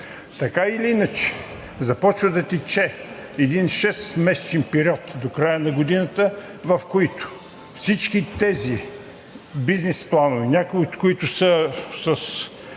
Така или иначе започва да тече един шестмесечен период до края на годината, в който всички тези бизнес планове, някои от които са с